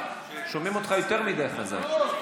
שומעים אותך יותר מדי חזק.